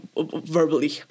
verbally